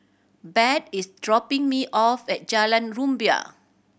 Bart is dropping me off at Jalan Rumbia